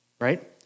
Right